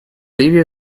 ливии